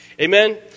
Amen